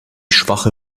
schwache